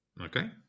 Okay